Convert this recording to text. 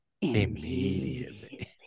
immediately